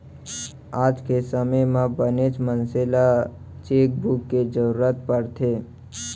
आज के समे म बनेच मनसे ल चेकबूक के जरूरत परथे